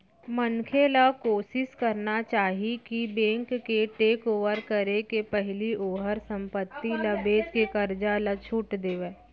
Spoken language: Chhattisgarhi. मनखे ल कोसिस करना चाही कि बेंक के टेकओवर करे के पहिली ओहर संपत्ति ल बेचके करजा ल छुट देवय